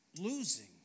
losing